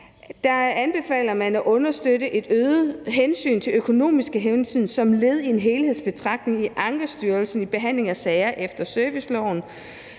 3 anbefaler man at understøtte et øget hensyn til økonomiske hensyn som led i en helhedsbetragtning i Ankestyrelsens behandling af sager efter serviceloven.